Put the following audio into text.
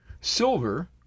Silver